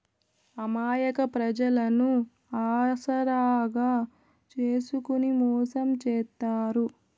అమాయక ప్రజలను ఆసరాగా చేసుకుని మోసం చేత్తారు